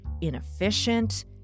inefficient